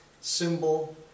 symbol